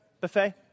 Buffet